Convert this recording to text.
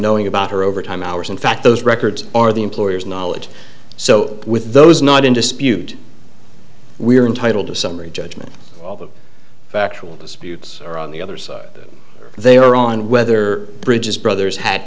knowing about her overtime hours in fact those records are the employer's knowledge so with those not in dispute we are entitled to a summary judgment all the factual disputes are on the other side they are on whether bridges brothers had